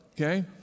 okay